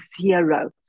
zero